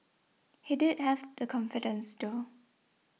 he did have the confidence though